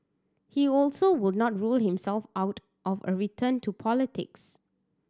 he also would not rule himself out of a return to politics